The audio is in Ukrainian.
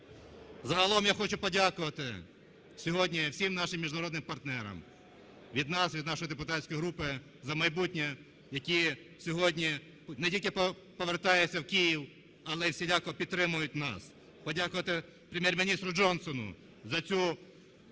Загалом я хочу подякувати сьогодні всім нашим міжнародним партнерам від нас, від нашої депутатської групи "За майбутнє", які сьогодні не тільки повертаються в Київ, але й всіляко підтримують нас, подякувати Прем'єр-міністру Джонсону за цю